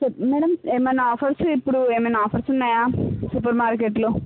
చెప్ మేడం ఏమైనా ఆఫర్స్ ఇప్పుడు ఏమైనా ఆఫర్స్ ఉన్నాయా సూపర్ మార్కెట్లో